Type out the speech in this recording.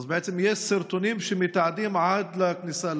אז בעצם יש סרטונים שמתעדים עד לכניסה,